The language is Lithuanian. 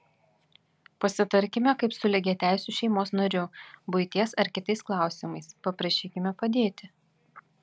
pasitarkime kaip su lygiateisiu šeimos nariu buities ar kitais klausimais paprašykime padėti